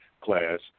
class